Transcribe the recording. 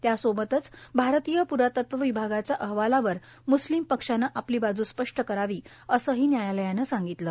त्यासोबतच भारतीय प्रातत्व विभागाच्या अहवालावर मुस्लिम पक्षानं आपली बाजू स्पश्ट करावी असंही न्यायालयानं सांगितलं